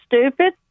stupid